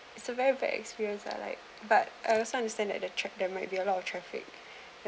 it's a very bad experience lah like but I also understand that the cheque there might be a lot of traffic